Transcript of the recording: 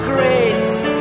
Grace